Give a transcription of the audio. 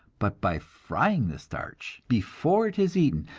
but by frying the starch before it is eaten,